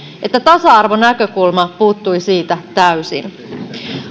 että tasa arvonäkökulma puuttui siitä täysin